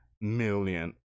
million